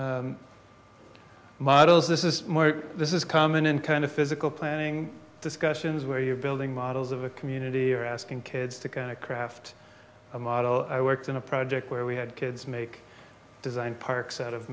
interested models this is more this is common in kind of physical planning discussions where you're building models of a community or asking kids to kind of craft a model i worked on a project where we had kids make design parks out of